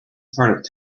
part